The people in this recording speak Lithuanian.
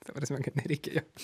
ta prasme kad nereikėjo